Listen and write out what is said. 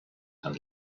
and